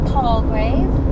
Palgrave